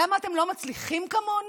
למה אתם לא מצליחים כמונו,